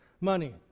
money